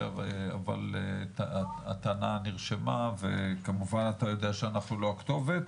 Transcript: אבל הטענה נרשמה וכמובן אתה יודע שאנחנו לא הכתובת.